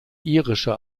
irischer